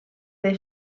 the